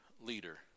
leader